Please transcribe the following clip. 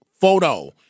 photo